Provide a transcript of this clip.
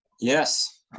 Yes